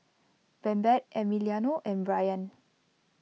Babette Emiliano and Brayan